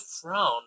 frown